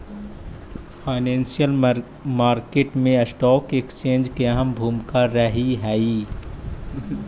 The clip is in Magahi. फाइनेंशियल मार्केट मैं स्टॉक एक्सचेंज के अहम भूमिका रहऽ हइ